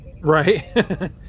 Right